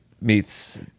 meets